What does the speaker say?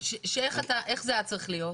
איך זה היה צריך להיות?